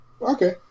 okay